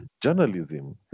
journalism